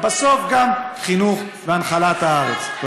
ובסוף גם חינוך והנחלת הארץ.